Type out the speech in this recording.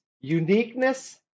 uniqueness